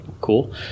cool